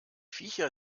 viecher